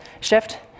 shift